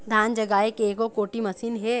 धान जगाए के एको कोठी मशीन हे?